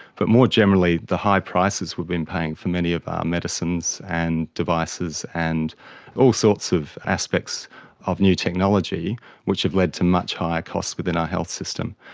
but more generally the high prices we've been paying for many of our medicines and devices and all sorts of aspects of new technology which have led to much higher costs within our health system.